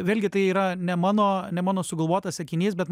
vėlgi tai yra ne mano ne mano sugalvotas sakinys bet